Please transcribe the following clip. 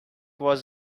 was